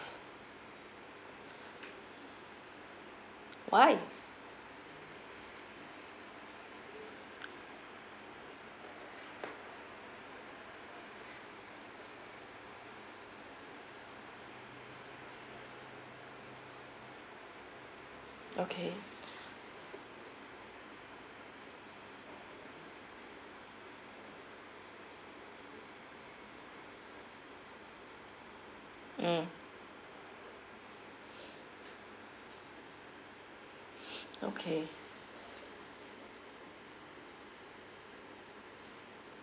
why okay mm okay